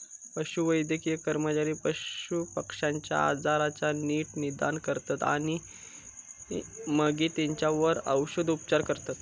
पशुवैद्यकीय कर्मचारी पशुपक्ष्यांच्या आजाराचा नीट निदान करतत आणि मगे तेंच्यावर औषदउपाय करतत